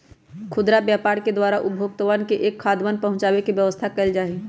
खुदरा व्यापार के द्वारा उपभोक्तावन तक खाद्यान्न पहुंचावे के व्यवस्था कइल जाहई